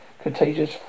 contagious